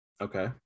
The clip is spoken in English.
Okay